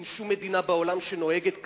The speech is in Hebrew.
אין שום מדינה בעולם שנוהגת כך.